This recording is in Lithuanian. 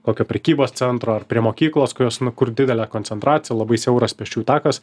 kokio prekybos centro ar prie mokyklos kurios kur didelė koncentracija labai siauras pėsčiųjų takas